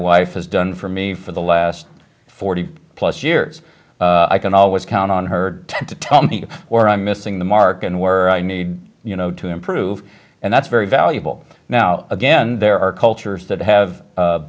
wife has done for me for the last forty plus years i can always count on her to tell me where i'm missing the mark and where i need you know to improve and that's very valuable now again there are cultures that have